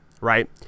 right